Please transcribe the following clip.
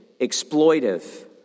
exploitive